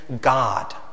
God